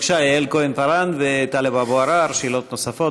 בבקשה, יעל כהן-פארן וטלב אבו עראר, שאלות נוספות.